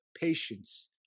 patience